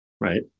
right